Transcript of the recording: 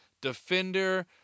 defender